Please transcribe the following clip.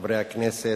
חברי הכנסת,